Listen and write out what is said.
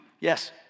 Yes